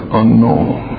unknown